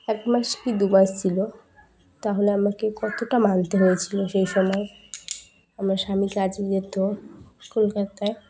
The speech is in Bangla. এক মাস কি দু মাস ছিলো তাহলে আমাকে কতটা মানতে হয়েছিলো সেই সময় আমার স্বামী কাজে যেত কলকাতায়